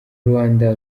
rwanda